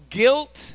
guilt